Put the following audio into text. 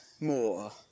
more